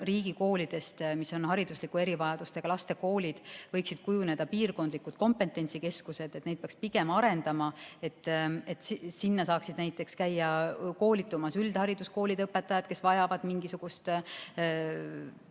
riigikoolidest, mis on hariduslike erivajadustega laste koolid, võiksid kujuneda piirkondlikud kompetentsikeskused. Neid peaks pigem arendama, nii et seal saaksid käia koolitustel üldhariduskoolide õpetajad, kes vajavad mingisugust